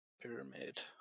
Pyramid